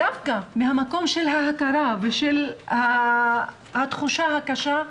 דווקא מהמקום של ההכרה והתחושה הקשה,